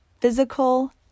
physical